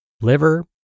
liver